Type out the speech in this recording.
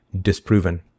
disproven